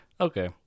okay